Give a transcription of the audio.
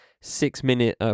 six-minute